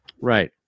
Right